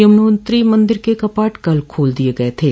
यमुनोत्री मंदिर के कपाट कल खोले गए थे